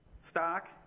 stock